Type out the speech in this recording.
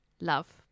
love